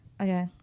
Okay